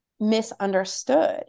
misunderstood